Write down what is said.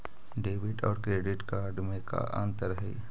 Debit और credit card में का अंतर हइ?